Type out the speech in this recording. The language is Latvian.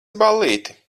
ballīti